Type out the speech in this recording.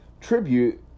tribute